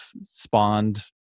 spawned